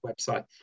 website